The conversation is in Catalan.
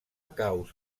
caus